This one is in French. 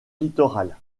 littorales